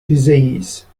disease